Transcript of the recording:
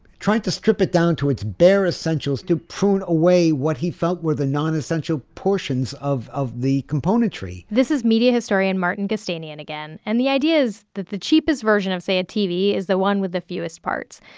trying to strip it down to its bare essentials to prune away what he felt were the non-essential portions of of the componentry this is media historian martin gostanian again. and the idea is that the cheapest version of, say, a tv is the one with the fewest parts.